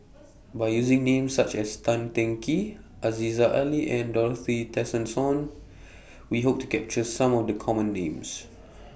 By using Names such as Tan Teng Kee Aziza Ali and Dorothy Tessensohn We Hope to capture Some of The Common Names